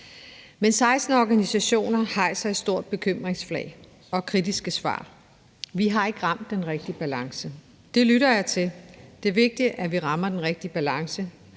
Men 16 organisationer hejser et stort bekymringsflag og kommer med kritiske svar: Vi har ikke ramt den rigtige balance. Det lytter jeg til. Det er vigtigt, at vi rammer den rigtige balance,